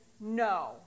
No